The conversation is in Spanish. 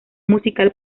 musical